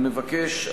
אני מבקש,